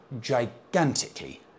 gigantically